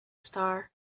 star